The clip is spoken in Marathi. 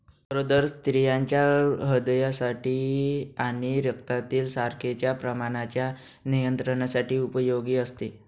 गरोदर स्त्रियांच्या हृदयासाठी आणि रक्तातील साखरेच्या प्रमाणाच्या नियंत्रणासाठी उपयोगी असते